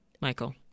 Michael